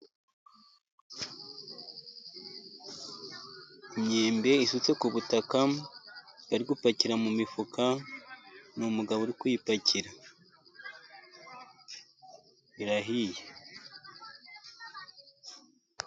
Imyembe isutse ku butaka bari gupakira mu mifuka, ni umugabo uri kuyipakira, irahiye.